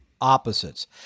opposites